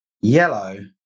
yellow